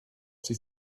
sich